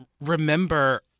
remember